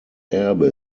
erbe